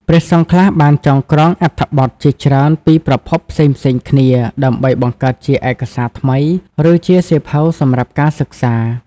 ព្រះសង្ឃខ្លះបានចងក្រងអត្ថបទជាច្រើនពីប្រភពផ្សេងៗគ្នាដើម្បីបង្កើតជាឯកសារថ្មី ឬជាសៀវភៅសម្រាប់ការសិក្សា។